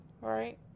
right